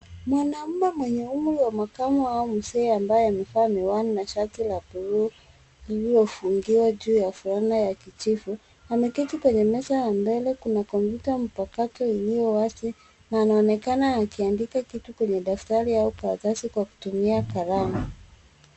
Mwanamume mwenye umri wa makamo au mzee ambaye amevaa miwani na shati la buluu lililofungiwa juu ya fulana ya kijivu, ameketi kwenye meza kuna kompyuta ya mpakato iliyowazi na anaonekana akiandika kitu kwenye daftari au karatasi kwa kutumia kalamu.